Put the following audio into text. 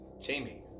Jamie